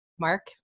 Mark